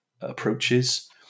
approaches